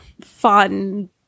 fun